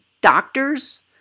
doctors